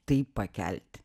tai pakelti